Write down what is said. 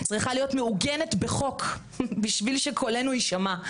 צריכה להיות מעוגנת בחוק בשביל שקולנו יישמע,